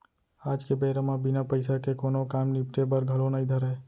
आज के बेरा म बिना पइसा के कोनों काम निपटे बर घलौ नइ धरय